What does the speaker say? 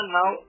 now